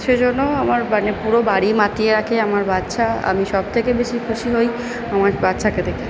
সেজন্য আমার মানে পুরো বাড়ি মাতিয়ে রাখে আমার বাচ্ছা আমি সব থেকে বেশি খুশি হই আমার বাচ্ছাকে দেখে